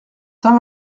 saint